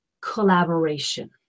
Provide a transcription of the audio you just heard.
collaboration